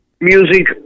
music